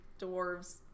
dwarves